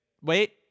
Wait